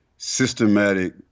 Systematic